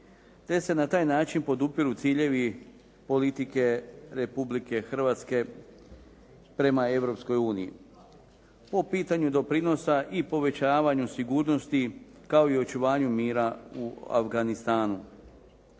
te se na taj način podupiru ciljevi politike Republike Hrvatske prema Europskoj uniji po pitanju doprinosa i povećavanju sigurnosti kao i očuvanju mira u Afganistanu.